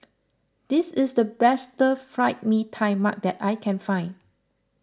this is the best Stir Fried Mee Tai Mak that I can find